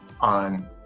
on